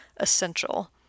essential